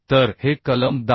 तर हे कलम 10